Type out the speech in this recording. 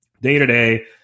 day-to-day